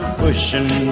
pushing